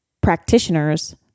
practitioners